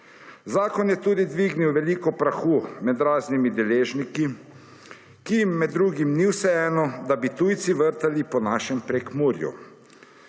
Zakon je tudi dvignil veliko prahu med raznimi deležniki, ki med drugim ni vseeno, da bi tujci vrtali po našem Prekmurju.